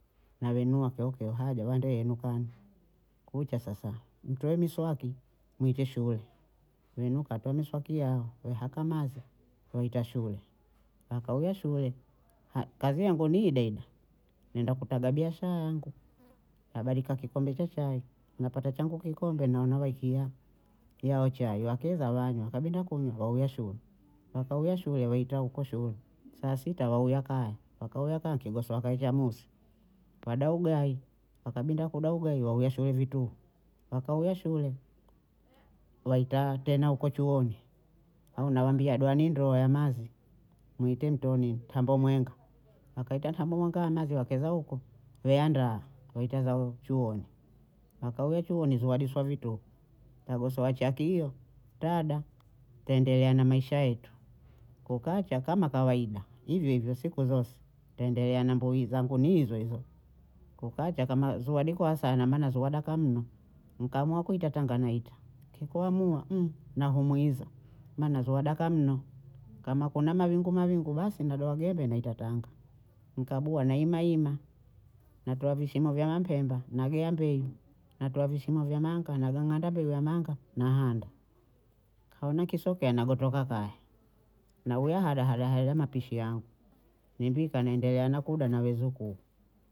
Nawainua keokeo hada wende wainuka kucha sasa mtoe miswaki muite shule, mwinuka toa miswaki yao wehaka mazi kuita shule, wakauwa shule ha- kazi yangu ni ileile nenda kutaga biashaya yangu, nabadika kikombe changu cha chai, napata changu kikombe naona wekiya yao chai yao chai yakeza wana, wakabinda kunywa wauya shule, wakawiya shule wakaita huko shule, saa sita wauya kaya, wakauya kaya nkigosowa kaekea musi pwada ugayi, wakabinda kudaha ugayi waweshwa hevituhu, wakauya shule, waita tena huko chuoni, hao nawambia doha ni ndoa ya mazi niite mtoni tambo mwenga, akaita ntambo mwenga aha maziwa za huko we andaa waita zau chuoni nakawe chuoni zuadisa vituhu, kagosowa chaki hiyo tada, taendelea na Maisha yetu, ko kacha kama kawaida hivohivyo siku zose twendelea na mbuyi zangu ni hizohizo, kukicha kama zuwadi kohowa sana maana zuwada ka numa nikaamua kuitatanga ita kikomuwa nahumwiza maana zuo wadaka nuna, kama kuna mawingu mawingi basi nadoha gemebe naita tangua, nkabuha nayimayima, natoa vishimbo vya hampenda nagea mbeyu, natoa vishimo vya manka, nabang'anda mbele wa manka, nahada nnkaona kisoke anagotoka kaya na huyo hada hada hada mapishi yangu nimpika nendelea na kuda na wezukuu